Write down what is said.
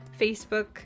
Facebook